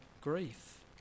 grief